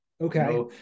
okay